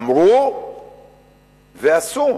אמרו ועשו,